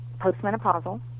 postmenopausal